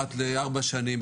אחת ל-4 שנים,